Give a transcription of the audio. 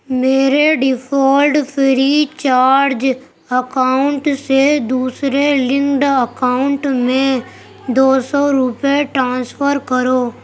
میرے default free charge account سے دوسرے لنکڈ اکاؤنٹ میں دو سو روپئے ٹرانسفر کرو